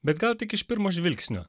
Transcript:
bet gal tik iš pirmo žvilgsnio